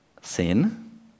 sin